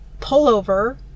pullover